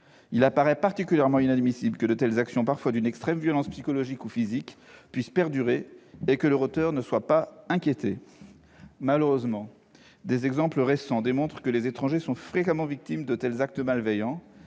Il apparaît particulièrement inadmissible que de telles actions, parfois d'une extrême violence psychologique ou physique, puissent perdurer sans que leurs auteurs soient inquiétés. Malheureusement, des exemples récents démontrent que les étrangers sont fréquemment victimes de tels actes malveillants.